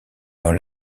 dans